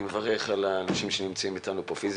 אני מברך את האנשים שנמצאים אתנו כאן פיזית,